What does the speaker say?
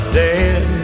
dead